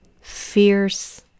fierce